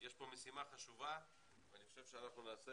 יש פה משימה חשובה ואני חושב שאנחנו נעשה